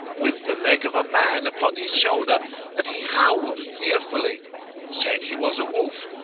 with the leg of a man upon his shoulder and he howl'd fearfully said he was a wolf,